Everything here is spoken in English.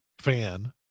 fan